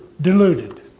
deluded